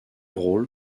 rôle